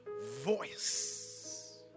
voice